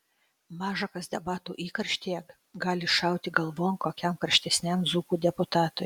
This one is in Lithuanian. maža kas debatų įkarštyje gali šauti galvon kokiam karštesniam dzūkų deputatui